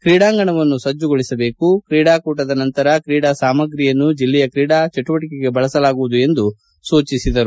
ಕ್ರೀಡಾಂಗಣವನ್ನು ಸಬ್ಬಗೊಳಿಸಬೇಕು ಕ್ರೀಡಾಕೂಟದ ನಂತರ ಕ್ರೀಡಾ ಸಾಮಗ್ರಿಯನ್ನು ಜಿಲ್ಲೆಯ ಕ್ರೀಡಾ ಚಟುವಟಿಕೆಗೆ ಬಳಸಲಾಗುವುದು ಎಂದು ಸೂಚಿಸಿದರು